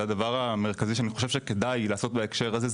זה הדבר המרכזי שאני חושב שכדאי לעשות בהקשר הזה,